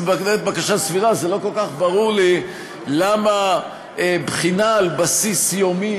לא כל כך ברור לי למה בחינה על בסיס יומי